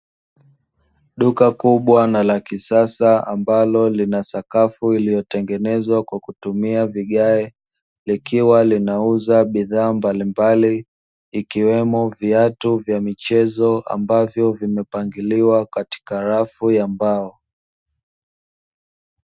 Duka kubwa na la kisasa ambalo lina sakafu iliyotengenezwa kwa kutumia vigae, likiwa linauza bidhaa mbalimbali ikiwemo viatu vya michezo ambavyo vimepangiliwa katika rafu ya mbao.